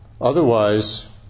Otherwise